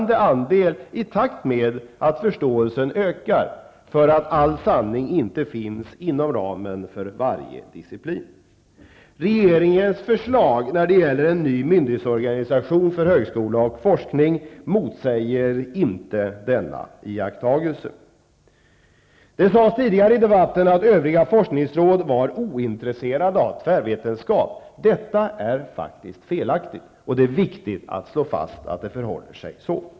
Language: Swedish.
Den andelen ökar i takt med att förståelsen ökar för att all sanning inte finns inom ramen för varje disciplin. Regeringens förslag när det gäller en ny myndighetsorganisation för högskola och forskning motsäger inte denna iakttagelse. Det sades tidigare i debatten att övriga forskningsråd var ointresserade av tvärvetenskap. Detta är faktiskt felaktigt. Det är viktigt att slå fast att det förhåller sig så.